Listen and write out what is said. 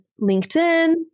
LinkedIn